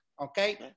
okay